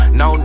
no